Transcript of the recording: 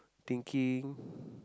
thinking